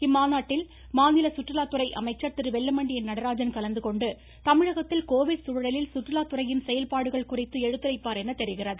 இம்மாநாட்டில் மாநில சுற்றுலாத்துறை அமைச்சர் திரு வெல்லமண்டி என் நடராஜன் கலந்துகொண்டு தமிழகத்தில் கோவிட் சூழலில் சுற்றுலாத் துறையின் செயல்பாடுகள் குறித்து எடுத்துரைப்பார் என தெரிகிறது